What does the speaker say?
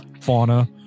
fauna